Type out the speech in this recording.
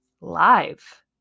live